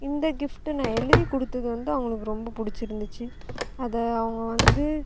இந்த கிஃப்ட்டு நான் எழுதி கொடுத்தது வந்து அவங்களுக்கு ரொம்ப பிடிச்சிருந்துச்சி அதை அவங்க வந்து